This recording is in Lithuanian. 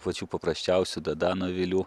pačių paprasčiausių dadan avilių